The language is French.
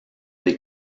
des